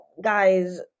guys